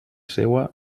seua